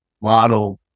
model